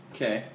Okay